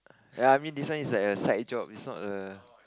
ya I mean this one is like a side job it's not a